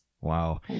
Wow